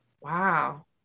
Wow